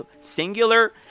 singular